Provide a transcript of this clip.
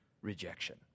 rejection